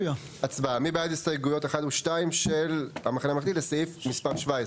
מי בעד הסתייגויות 1 ו-2 של המחנה הממלכתי לסעיף מספר 17?